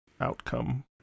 outcome